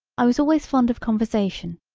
i was always fond of conversation.